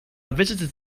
visited